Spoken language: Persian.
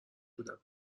بودم